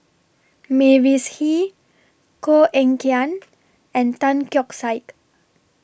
Mavis Hee Koh Eng Kian and Tan Keong Saik